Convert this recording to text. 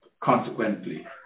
Consequently